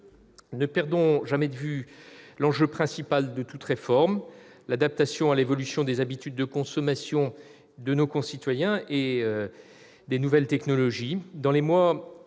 Ne perdons jamais de vue l'enjeu principal de toute réforme : l'adaptation à l'évolution des habitudes de consommation de nos concitoyens en lien avec les nouvelles technologies.